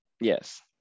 Yes